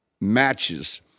matches